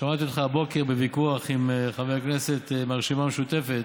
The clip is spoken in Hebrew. שמעתי אותך הבוקר בוויכוח עם חבר כנסת מהרשימה המשותפת,